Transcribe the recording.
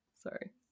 sorry